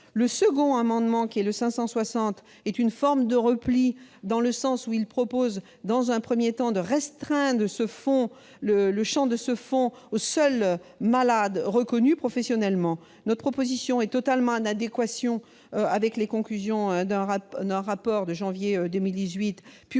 L'amendement n° 560 rectifié est une forme de « repli » dans le sens où il prévoit, dans un premier temps, de restreindre le champ de ce fonds aux maladies reconnues professionnellement. Notre proposition est totalement en adéquation avec les conclusions d'un rapport de janvier 2018 publié